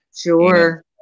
Sure